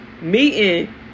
meeting